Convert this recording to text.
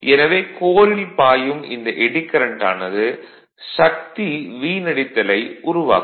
எனவே கோரில் பாயும் இந்த எடி கரண்ட் ஆனது சக்தி வீணடித்தலை உருவாக்கும்